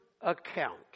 account